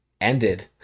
Ended